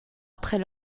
après